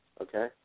Okay